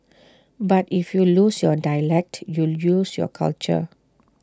but if you lose your dialect you lose your culture